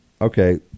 Okay